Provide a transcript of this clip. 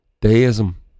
Deism